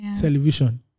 Television